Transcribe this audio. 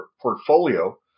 portfolio